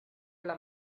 alla